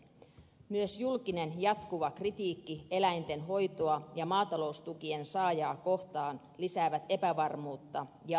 myös julkinen jatkuva kritiikki eläinten hoitoa ja maataloustukien saajaa kohtaan lisäävät epävarmuutta ja ahdistusta